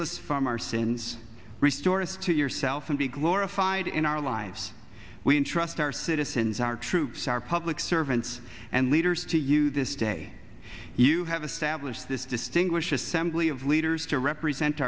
was from our sins resource to yourself and be glorified in our lives we entrust our citizens our troops our public servants and leaders to you this day you have a sad list this distinguish assembly of leaders to represent